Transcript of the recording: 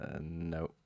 No